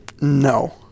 No